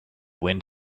wind